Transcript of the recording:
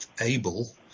able